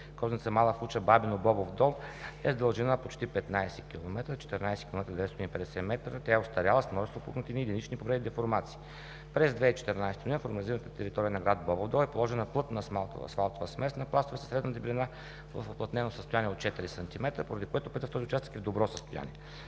Козница, Мала Фуча, Бабино, Бобов дол е с дължина почти 15 км, 14,950 м, тя е остаряла, с множество пукнатини, единични повреди и деформации. През 2014 г. на територията на град Бобов дол е положена плътна асфалтова смес на пластове със средна дебелина в уплътнено състояние от 4 см, поради което пътят в този участък е в добро състояние.